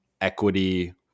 equity